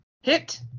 hit